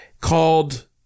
called